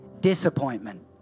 Disappointment